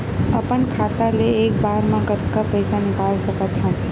अपन खाता ले एक बार मा कतका पईसा निकाल सकत हन?